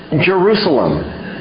Jerusalem